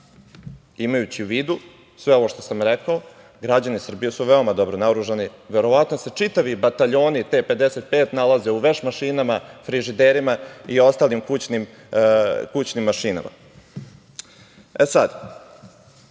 Imajući u vidu sve ovo što sam rekao, građani Srbije su veoma dobro naoružani, verovatno se čitavi bataljoni T-55 nalaze u veš mašinama, frižiderima i ostalim kućnim mašinama. Ponoš